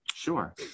Sure